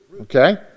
okay